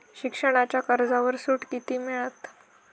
शिक्षणाच्या कर्जावर सूट किती मिळात?